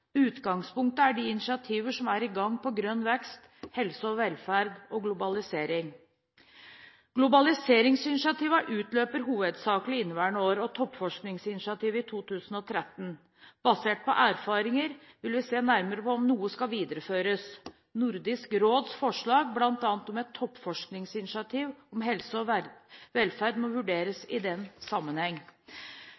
Utgangspunktet er de initiativer som er i gang, innen grønn vekst, helse og velferd og globalisering. Globaliseringsinitiativene utløper hovedsakelig i inneværende år og Toppforskningsinitiativet i 2013. Basert på erfaringer vil vi se nærmere på om noe skal videreføres. Nordisk Råds forslag, bl.a. om et toppforskningsinitiativ om helse og velferd, må vurderes